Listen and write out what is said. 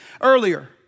earlier